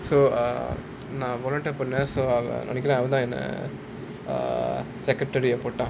so err நான் விளையாட்டா பண்ணேன்:naan vilaiyaattaa pannaen so நெனைக்றேன் அவன் தான் என்னை:nenaikkraen avan thaan ennai secretary ah போட்டான்:pottaan